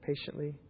patiently